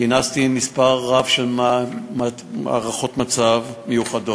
כינסתי מספר רב של הערכות מצב מיוחדות,